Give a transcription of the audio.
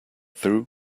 through